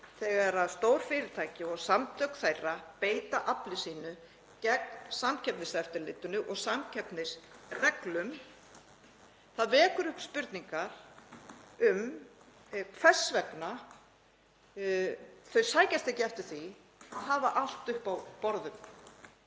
þegar stórfyrirtæki og samtök þeirra beita afli sínu gegn samkeppniseftirliti og samkeppnisreglum. Það vekur upp spurningar um hvers vegna þau sækjast ekki eftir því að hafa allt uppi á borðum.